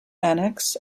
annex